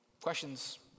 questions